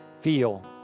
Feel